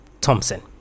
Thompson